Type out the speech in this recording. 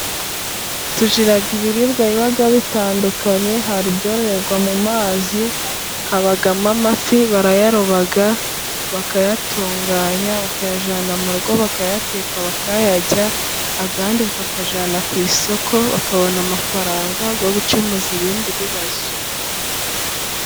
Tugira ibiribwa biba bitandukanye hari ibyororerwa mu mazi, habamo amafi, barayaroba bakayatunganya bakayajyana mu rugo, bakayateka bakayarya, andi bakayajyana ku isoko, bakabona amafaranga yo gukemuza ibindi bibazo.